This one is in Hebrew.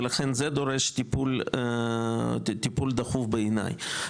ולכן זה דורש טיפול דחוף, בעיניי.